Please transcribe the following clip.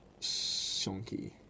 shonky